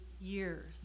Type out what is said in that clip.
years